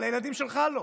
אבל הילדים שלך לא.